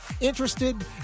Interested